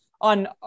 on